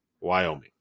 Wyoming